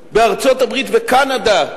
בארצות-הברית, בקנדה,